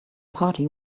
party